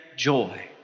joy